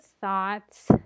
thoughts